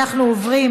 מוותר.